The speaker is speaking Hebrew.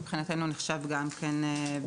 הוא מבחינתנו נחשב ביתי.